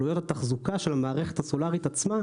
עלויות התחזוקה של המערכת הסולארית עצמה,